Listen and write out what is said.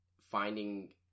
finding